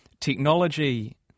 technology